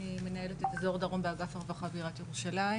אני מנהלת את אזור דרום באגף הרווחה בעיריית ירושלים.